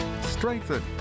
strengthen